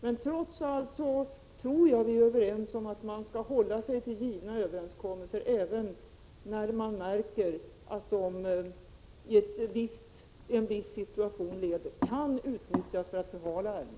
Men trots allt tror jag att vi är överens om att man skall hålla sig till träffade överenskommelser, även när man märker att de i en viss situation kan utnyttjas för att förhala ärendet.